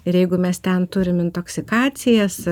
ir jeigu mes ten turim intoksikacijas